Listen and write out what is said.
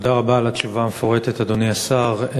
תודה רבה על התשובה המפורטת, אדוני השר.